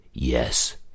Yes